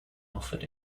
offered